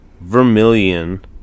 Vermilion